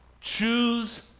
Choose